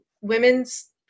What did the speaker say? women's